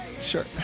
Sure